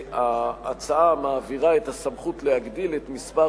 ההצעה מעבירה את הסמכות להגדיל את מספר